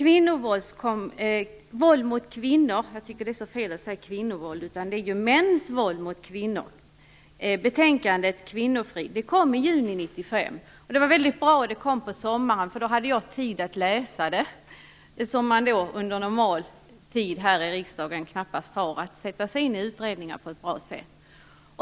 jag tycker att det är så fel att säga "kvinnovåld", för det är ju mäns våld mot kvinnor det handlar om - kom i juni 1995. Det var väldigt bra att det kom på sommaren, för då hade jag tid att läsa det. Normalt har man ju här i riksdagen knappast tid att sätta sig in i utredningar på ett bra sätt.